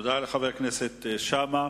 תודה לחבר הכנסת שאמה,